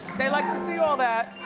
they like to see all that.